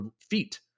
feet